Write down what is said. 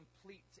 complete